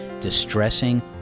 distressing